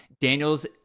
Daniels